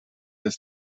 des